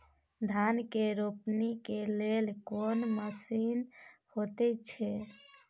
धान के रोपनी के लेल कोन मसीन होयत छै?